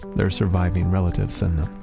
their surviving relatives send them.